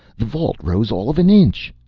the vault rose all of an inch!